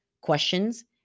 questions